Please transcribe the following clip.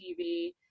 TV